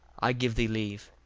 i give thee leave.